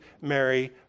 Mary